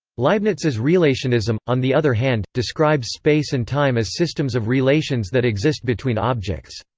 leibniz's relationism, on the other hand, describes space and time as systems of relations that exist between objects.